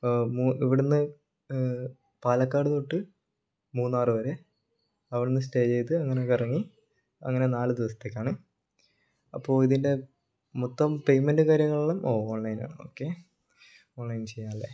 ഇവിടുന്ന് പാലക്കാട് തൊട്ട് മൂന്നാർ വരെ അവിടുന്ന് സ്റ്റേ ചെയ്ത് അങ്ങനെ കറങ്ങി അങ്ങനെ നാല് ദിവസത്തേക്കാണ് അപ്പോൾ ഇതിൻ്റെ മൊത്തം പേയ്മെന്റ് കാര്യങ്ങളെല്ലാം ഓ ഓൺലൈൻ ആണ് ഓക്കേ ഓൺലൈൻ ചെയ്യാമല്ലേ